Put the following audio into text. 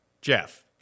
Jeff